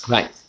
Right